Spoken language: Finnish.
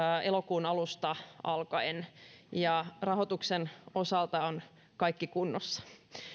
elokuun alusta alkaen ja rahoituksen osalta on kaikki kunnossa